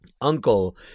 uncle